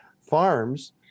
farms